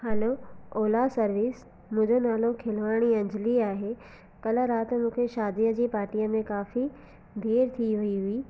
hello Ola service मुंहिंजो नालो खेलवाणी अंजली आहे काल्ह राति मूंखे शादी जी पाटीअ में काफ़ी देरि थी वई हुई